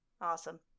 Awesome